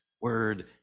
Word